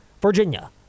Virginia